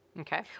okay